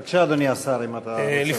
בבקשה, אדוני השר, אם אתה רוצה להשיב.